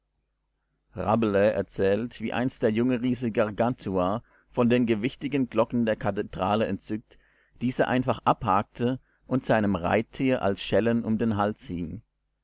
rabelais erzählt wie einst der junge riese gargantua von den gewichtigen glocken der kathedrale entzückt diese einfach abhakte und seinem reittier als schellen um den hals